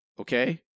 okay